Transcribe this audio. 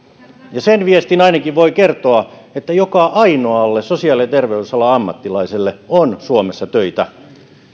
ja sen viestin ainakin voin kertoa että joka ainoalle sosiaali ja terveysalan ammattilaiselle on suomessa töitä